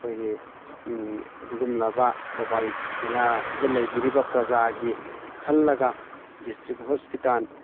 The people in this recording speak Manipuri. ꯑꯩꯈꯣꯏꯒꯤ ꯑꯗꯨꯒꯨꯝꯂꯕ ꯊꯧꯕꯥꯜ ꯖꯤꯜꯂꯥ ꯑꯁꯤꯗ ꯂꯩꯕꯤꯔꯤꯕ ꯄ꯭ꯔꯖꯥꯒꯤ ꯈꯜꯂꯒ ꯗꯤꯁꯇ꯭ꯔꯤꯛ ꯍꯣꯁꯄꯤꯇꯥꯜ